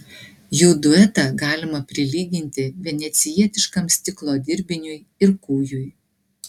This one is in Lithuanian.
jų duetą galima prilyginti venecijietiškam stiklo dirbiniui ir kūjui